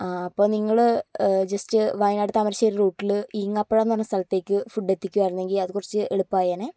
അപ്പോൾ നിങ്ങൾ ജസ്റ്റ് വയനാട് താമരശ്ശേരി റൂട്ടിൽ ഈങ്ങാപ്പുഴ എന്ന സ്ഥലത്തേക്ക് ഫുഡ് എത്തിക്കുമായിരുന്നെങ്കിൽ അത് കുറച്ചുകൂടെ എളുപ്പമായേനെ